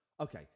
Okay